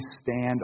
stand